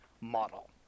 model